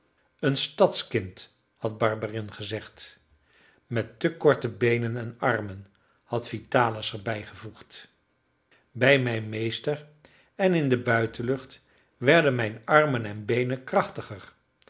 een stadskind had barberin gezegd met te korte beenen en armen had vitalis er bij gevoegd bij mijn meester en in de buitenlucht werden mijn armen en beenen krachtiger